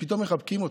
שפתאום מחבקים אותך.